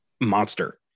monster